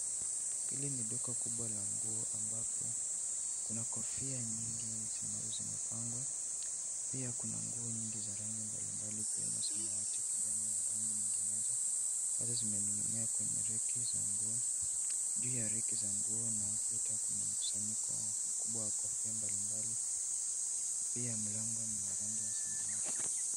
Hili ni duka kubwa la nguo ambapo kuna kofia nyingi ambazo zimepangwa, pia kuna nguo nyingi za rangi mbali mbali zikiwemo zamawati kijani na ya rangi nyinginezo ambazo zimening'inia kwenye regi za nguo. Juu ya regi za nguo na ukuta kuna mkusanyiko ukubwa wa kofia mbali mbali, pia mlango ni wa rangi wa zamawati.